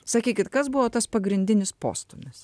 sakykit kas buvo tas pagrindinis postūmis